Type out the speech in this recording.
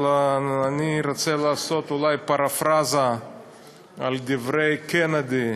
אבל אני רוצה לעשות אולי פרפראזה על דברי קנדי,